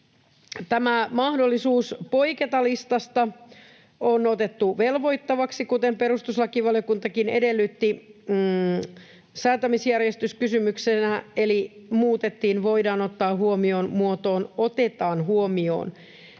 tämä mahdollisuus poiketa listasta on otettu velvoittavaksi, kuten perustuslakivaliokuntakin edellytti, säätämisjärjestyskysymyksenä eli muutettiin ”voidaan ottaa huomioon” muotoon ”otetaan huomioon”.